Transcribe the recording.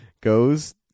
goes